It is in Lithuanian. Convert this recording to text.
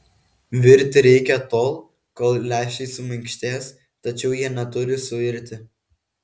virti reikia tol kol lęšiai suminkštės tačiau jie neturi suirti